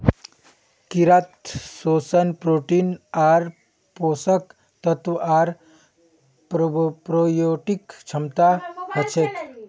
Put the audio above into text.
कीड़ात पोषण प्रोटीन आर पोषक तत्व आर प्रोबायोटिक क्षमता हछेक